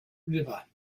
river